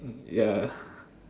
ya